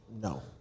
No